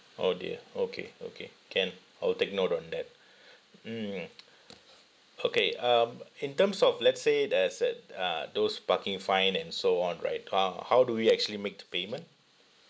oh dear okay okay can I'll take note on that mm okay um in terms of let's say it as at uh those parking fine and so on right uh how do we actually make the payment